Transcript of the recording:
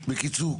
בקיצור,